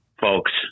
folks